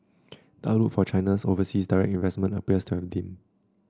the outlook for China's overseas direct investment appears to have dimmed